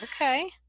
Okay